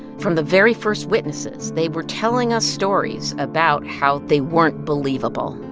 from the very first witnesses, they were telling us stories about how they weren't believable,